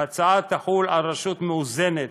ההצעה תחול על רשות שהייתה מאוזנת